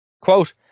Quote